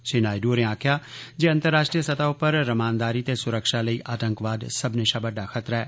श्री नायडु होरें आखेआ जे अंतर्राश्ट्री सतह उप्पर रमानदारी ते सुरक्षा लेई आतंकवाद सब्मने शा बड्डा खतरा ऐ